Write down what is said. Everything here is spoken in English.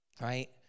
right